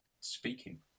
speaking